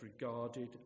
regarded